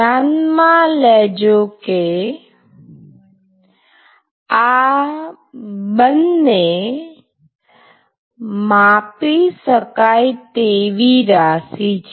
ધ્યાનમાં લેજો કે આ બંને માપી શકાય તેવી રાશિ છે